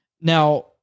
Now